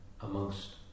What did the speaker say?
amongst